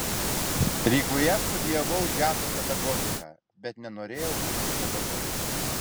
rygoje studijavau džiazo pedagogiką bet nenorėjau būti pedagoge